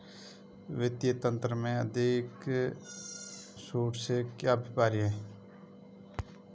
वित्तीय तंत्र में छूट से क्या अभिप्राय है?